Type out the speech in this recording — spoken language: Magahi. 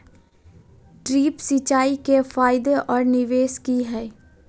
ड्रिप सिंचाई के फायदे और निवेस कि हैय?